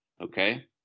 okay